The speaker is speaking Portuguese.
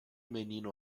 menino